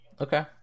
okay